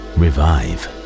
revive